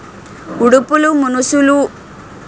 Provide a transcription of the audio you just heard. ఉడుపులు మనుసులుడీసీవోలు ఇప్పుడు మిషన్ ఆపనిసేస్తాంది